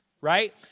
right